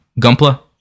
Gumpla